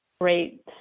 Great